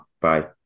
Bye